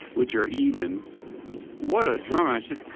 which are even what a drummer. i said,